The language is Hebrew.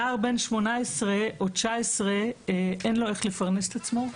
נער בן 18 או 19, אין לו איך לפרנס את עצמו,